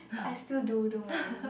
I still do don't worry